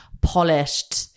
polished